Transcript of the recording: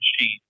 machine